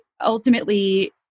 ultimately